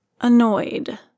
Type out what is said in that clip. annoyed